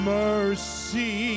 mercy